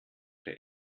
der